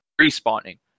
respawning